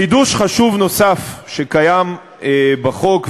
חידוש חשוב נוסף שקיים בחוק,